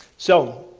so,